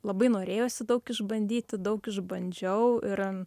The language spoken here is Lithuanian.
labai norėjosi daug išbandyti daug išbandžiau ir